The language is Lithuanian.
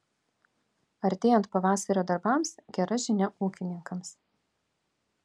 artėjant pavasario darbams gera žinia ūkininkams